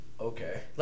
okay